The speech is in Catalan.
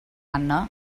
anna